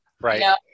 Right